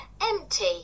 empty